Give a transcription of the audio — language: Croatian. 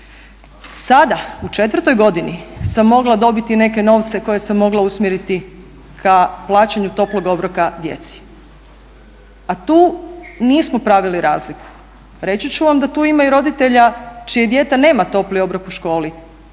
Sada, u četvrtoj godini sam mogla dobiti neke novce koje sam mogla usmjeriti ka plaćanju toplog obroka djeci, a tu nismo pravili razliku. Reći ću vam da tu ima i roditelja čije dijete nema topli obrok u školi,